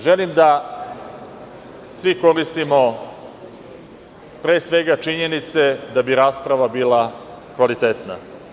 Želim da svi koristimo, pre svega, činjenice da bi rasprava bila kvalitetna.